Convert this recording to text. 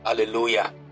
Hallelujah